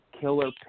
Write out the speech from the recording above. killer